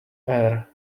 air